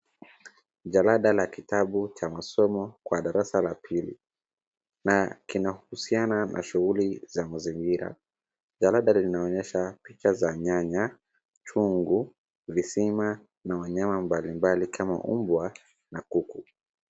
Jalada la kitabu cha masomo kwa darasa la pili na kinahusiana na shughuli za mazingira. Jalada linaonyesha picha za nyanya, chungu, visima na wanyama mbalimbali kama umbwa na kuku.